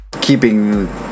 keeping